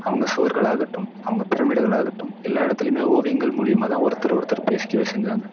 அவங்க சுவர்களாகட்டும் அவங்க பிரமீடுகளாகட்டும் எல்லா இடத்துலையுமே ஓவியங்கள் மூலியமாகதான் ஒருத்தர் ஒருத்தர் பேசிக்கவே செஞ்சாங்க